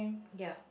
ya